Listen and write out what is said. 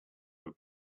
were